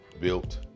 built